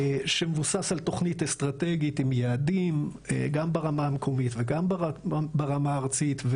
שמבוסס על תכנית אסטרטגית עם יעדים גם ברמה המקומית וגם ברמה הארצית.